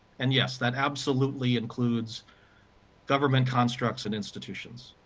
and yes, that absolutely includes government constructs and institutions.